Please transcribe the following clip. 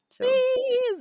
Please